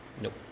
Nope